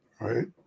Right